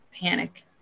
panic